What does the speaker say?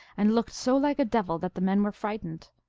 and looked so like a devil that the men were frightened.